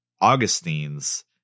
Augustine's